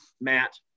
Matt